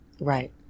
Right